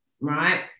right